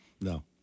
No